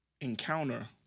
encounter